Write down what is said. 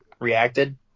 reacted